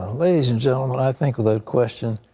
ladies and gentlemen, i think without question,